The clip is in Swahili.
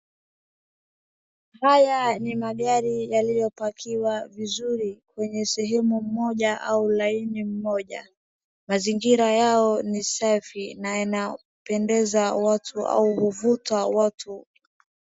Haya ni magari yaliyopakiwa vizuri kwenye sehemu moja au laini moja. Mazingira yao ni safi na yanaopendeza watu au huvuta watu.